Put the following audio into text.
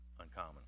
uncommon